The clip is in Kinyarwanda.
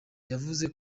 yavuze